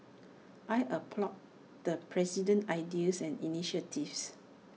I applaud the president's ideas and initiatives